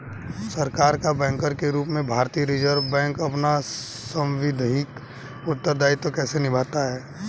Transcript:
सरकार का बैंकर के रूप में भारतीय रिज़र्व बैंक अपना सांविधिक उत्तरदायित्व कैसे निभाता है?